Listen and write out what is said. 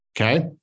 Okay